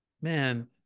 Man